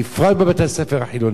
בפרט בבתי-הספר החילוניים,